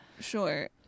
Sure